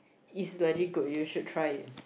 is legit good you should try it